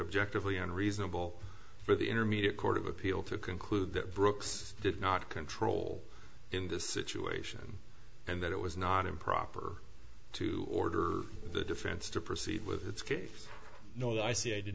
objectively unreasonable for the intermediate court of appeal to conclude that brooks did not control in this situation and that it was not improper to order the defense to proceed with its case no i see i did